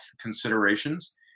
considerations